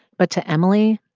but to emily,